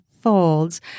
folds